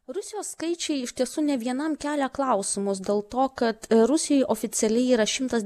rusijos skaičiai iš tiesų ne vienam kelia klausimus dėl to kad rusijoj oficialiai yra šimtas